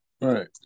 Right